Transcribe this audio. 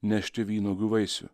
nešti vynuogių vaisių